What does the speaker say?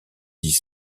dits